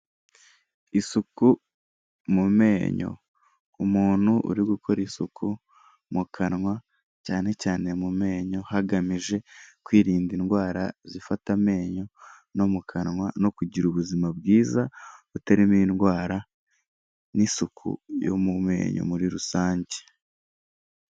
Isuku mu menyo, umuntu uri gukora isuku mu kanwa cyane cyane mu menyo, hagamije kwirinda indwara zifata amenyo no mu kanwa no kugira ubuzima bwiza butarimo indwara n'isuku yo mu menyo muri rusange.